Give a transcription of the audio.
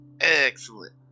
Excellent